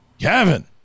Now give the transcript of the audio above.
Kevin